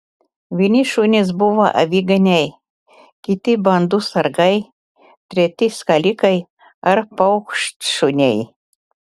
vieni šunys buvo aviganiai kiti bandų sargai treti skalikai ar paukštšuniai